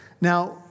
Now